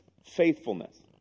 Faithfulness